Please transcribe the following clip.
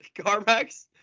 Carmax